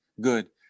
good